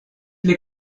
les